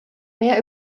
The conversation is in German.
mehr